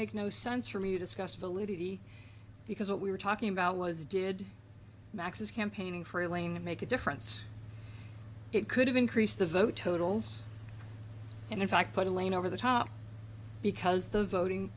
make no sense for me to discuss validity because what we were talking about was did max's campaigning for elena make a difference it could have increased the vote totals and in fact put a lane over the top because the voting